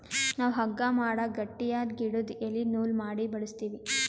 ನಾವ್ ಹಗ್ಗಾ ಮಾಡಕ್ ಗಟ್ಟಿಯಾದ್ ಗಿಡುದು ಎಲಿ ನೂಲ್ ಮಾಡಿ ಬಳಸ್ತೀವಿ